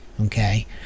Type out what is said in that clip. Okay